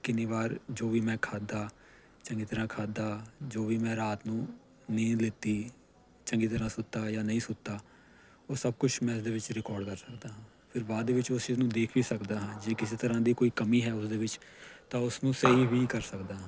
ਕਿੰਨੀ ਵਾਰ ਜੋ ਵੀ ਮੈਂ ਖਾਧਾ ਚੰਗੀ ਤਰਾਂ ਖਾਧਾ ਜੋ ਵੀ ਮੈਂ ਰਾਤ ਨੂੰ ਨੀਂਦ ਲਿੱਤੀ ਚੰਗੀ ਤਰ੍ਹਾਂ ਸੁੱਤਾ ਜਾਂ ਨਹੀਂ ਸੁੱਤਾ ਉਹ ਸਭ ਕੁਛ ਮੈਂ ਇਹਦੇ ਵਿੱਚ ਰਿਕਾਰਡ ਕਰ ਸਕਦਾ ਹਾਂ ਫਿਰ ਬਾਅਦ ਦੇ ਵਿੱਚ ਉਸ ਨੂੰ ਦੇਖ ਵੀ ਸਕਦਾ ਹਾਂ ਜੇ ਕਿਸੇ ਤਰ੍ਹਾਂ ਦੀ ਕੋਈ ਕਮੀ ਹੈ ਉਸ ਦੇ ਵਿੱਚ ਤਾਂ ਉਸਨੂੰ ਸਹੀ ਵੀ ਕਰ ਸਕਦਾ ਹਾਂ